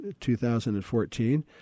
2014